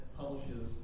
publishes